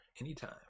anytime